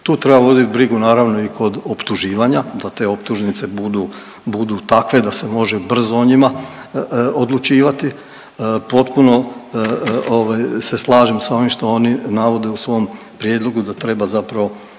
Tu treba voditi brigu naravno i kod optuživanja, da te optužnice budu, budu takve da se može brzo o njima odlučivati. Potpuno ovaj se slažem s onim što oni navode u svom prijedlogu da treba zapravo